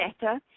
better